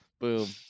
Boom